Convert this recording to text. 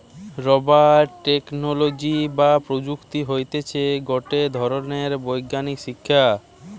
rubber technology বা প্রযুক্তি হতিছে গটে ধরণের বৈজ্ঞানিক শিক্ষা